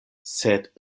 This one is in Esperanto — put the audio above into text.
sed